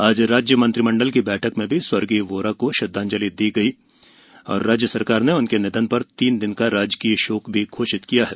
आज राज्य मंत्रिमंडल की बैठक में भी स्वर्गीय वोरा को श्रद्वांजलि दी गयी राज्य सरकार ने उनके निधन पर तीन दिन का राजकीय शोक घोषित किया है